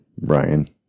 Brian